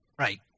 Right